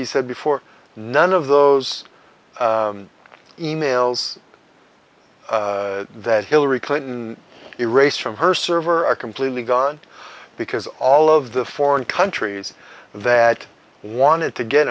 he said before none of those e mails that hillary clinton erased from her server are completely gone because all of the foreign countries that wanted to get